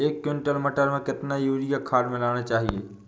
एक कुंटल मटर में कितना यूरिया खाद मिलाना चाहिए?